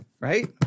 right